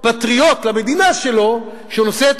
פטריוט למדינה שלו,